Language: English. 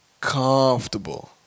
comfortable